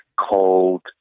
called